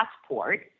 passport